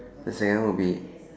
the second will be